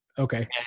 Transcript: Okay